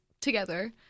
together